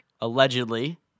Allegedly